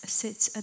sits